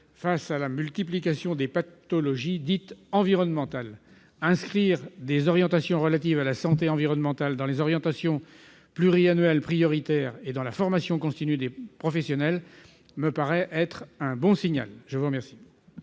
face à la multiplication des pathologies dites environnementales. Inscrire la dimension de la santé environnementale dans les orientations pluriannuelles prioritaires et dans la formation continue des professionnels de santé me paraîtrait constituer